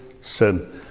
sin